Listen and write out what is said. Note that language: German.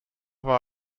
war